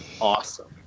awesome